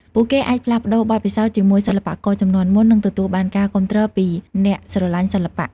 ពួកគេអាចផ្លាស់ប្តូរបទពិសោធន៍ជាមួយសិល្បករជំនាន់មុន និងទទួលបានការគាំទ្រពីអ្នកស្រឡាញ់សិល្បៈ។